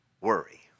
worry